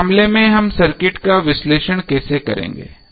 उस मामले में हम सर्किट का विश्लेषण कैसे करेंगे